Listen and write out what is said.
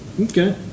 okay